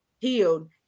healed